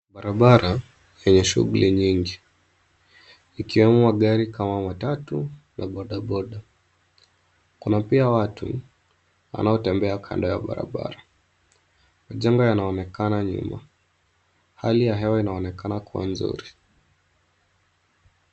Barabara yenye shughuli nyingi ikiwemo magari kama matatu na boda boda kuna pia watu wanaotembea kando ya barabara. Majengo yanaonekana nyuma hali ya hewa inaonekana kuwa nzuri.